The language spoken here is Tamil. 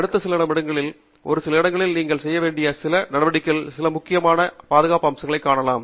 அடுத்த சில நிமிடங்களில் ஒரு சில இடங்களில் நீங்கள் செய்ய வேண்டிய சில நடவடிக்கைகளில் சில முக்கிய பாதுகாப்பு அம்சங்களைக் காணலாம்